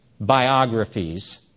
biographies